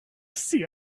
see